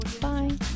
Bye